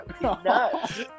nuts